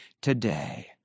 today